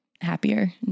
happier